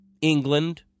England